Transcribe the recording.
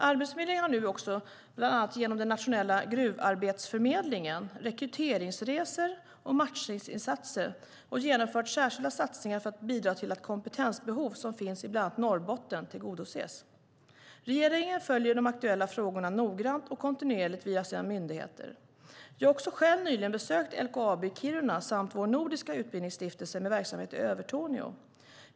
Arbetsförmedlingen har nu, bland annat genom den nationella gruvarbetsförmedlingen, rekryteringsresor och matchningsinsatser, genomfört särskilda satsningar för att bidra till att de kompetensbehov som finns i bland annat Norrbotten tillgodoses. Regeringen följer de aktuella frågorna noggrant och kontinuerligt via sina myndigheter. Jag har också själv nyligen besökt LKAB i Kiruna samt vår nordiska utbildningsstiftelse med verksamhet i Övertorneå.